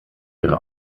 ihre